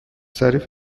تعریف